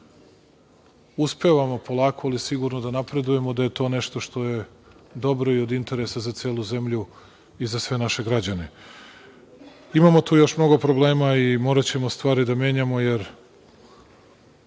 uspevamo polako ali sigurno da napredujemo, da je to nešto što je dobro i od interesa za celu zemlju i za sve naše građane. Imamo tu još mnogo problema i moraćemo stvari da menjamo, jer